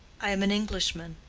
i am an englishman.